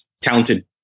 talented